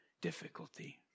difficulty